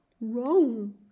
wrong